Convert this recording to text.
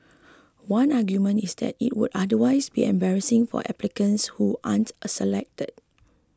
one argument is that it would otherwise be embarrassing for applicants who aren't selected